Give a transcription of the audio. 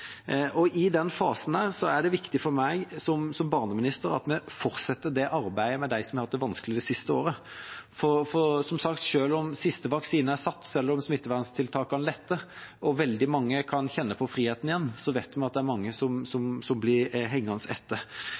I den fasen er det viktig for meg som barneminister at vi fortsetter det arbeidet med dem som har hatt det vanskelig det siste året. Som sagt: Selv om siste vaksine er satt, selv om smitteverntiltakene letter og veldig mange kan kjenne på friheten igjen, vet vi at det er mange som blir hengende etter.